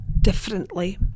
differently